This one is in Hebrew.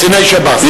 קציני שב"ס.